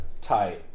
Tight